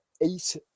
eight